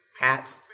hats